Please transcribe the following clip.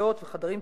מחילות וחדרים